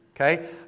Okay